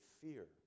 fear